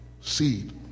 seed